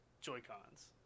Joy-Cons